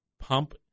pump